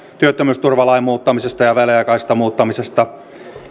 työttömyysturvalain muuttamisesta ja väliaikaisesta muuttamisesta